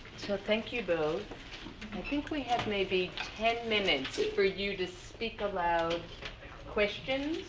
so, thank you both. i think we have maybe ten minutes for you to speak aloud questions,